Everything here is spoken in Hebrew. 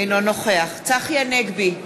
אינו נוכח צחי הנגבי,